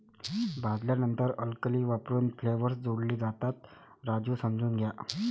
भाजल्यानंतर अल्कली वापरून फ्लेवर्स जोडले जातात, राजू समजून घ्या